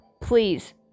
Please